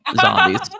zombies